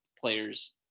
players